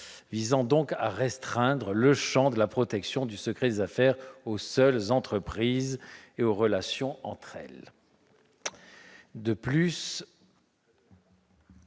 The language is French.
visant à restreindre le champ de la protection du secret des affaires aux seules entreprises et aux relations entre elles.